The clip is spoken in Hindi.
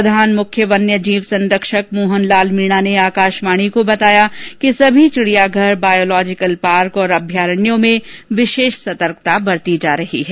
प्रधान मुख्य वन्यजीव संरक्षक मोहन लाल मीणा ने आकाशवाणी को बताया कि सभी चिड़ियाघर बॉयोलोजिकल पार्क और अभ्यारण्यों में विशेष सतर्कता बरती जा रही है